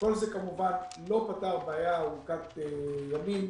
כל זה כמובן לא פתר בעיה ארוכת ימים,